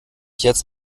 jetzt